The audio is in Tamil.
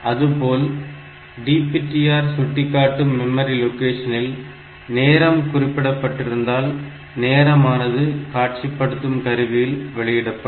அதுபோல DPTR சுட்டிக்காட்டும் மெமரி லொகேஷனில் நேரம் குறிப்பிடப்பட்டிருந்தால் நேரமானது காட்சிப்படுத்தும் கருவியில் வெளியிடப்படும்